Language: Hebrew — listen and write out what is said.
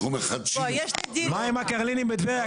יש פה חברי כנסת שלא היו דקה בדיון,